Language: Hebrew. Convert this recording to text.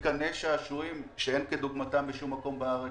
מתקני שעשועים שאין כדוגמתם בשום מקום בארץ